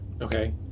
Okay